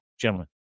Gentlemen